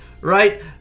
right